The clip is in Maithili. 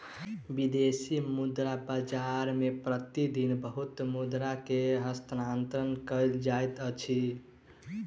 विदेशी मुद्रा बाजार मे प्रति दिन बहुत मुद्रा के हस्तांतरण कयल जाइत अछि